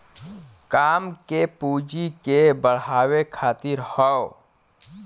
काम के पूँजी के बढ़ावे खातिर हौ